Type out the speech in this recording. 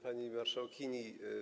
Pani Maszałkini!